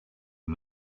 and